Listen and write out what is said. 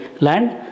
land